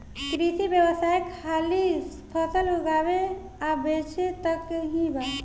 कृषि व्यवसाय खाली फसल उगावे आ बेचे तक ही बा